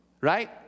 Right